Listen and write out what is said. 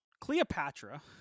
Cleopatra